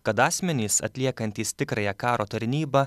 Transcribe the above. kad asmenys atliekantys tikrąją karo tarnybą